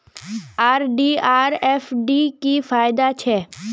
RD or FD की फ़ायदा छे?